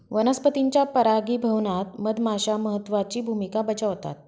वनस्पतींच्या परागीभवनात मधमाश्या महत्त्वाची भूमिका बजावतात